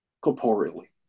corporeally